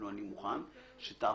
אני אגיד לך